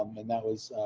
um and that was,